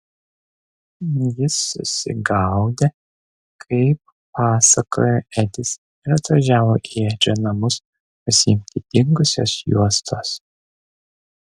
jis susigaudę kaip pasakojo edis ir atvažiavo į edžio namus pasiimti dingusios juostos